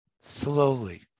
slowly